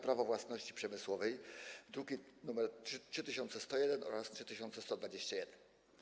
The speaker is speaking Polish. Prawo własności przemysłowej, druki nr 3101 oraz 3121.